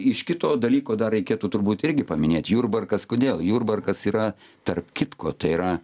iš kito dalyko dar reikėtų turbūt irgi paminėt jurbarkas kodėl jurbarkas yra tarp kitko tai yra